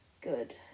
good